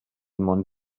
món